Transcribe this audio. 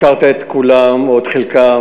הזכרת את כולם, או את חלקם,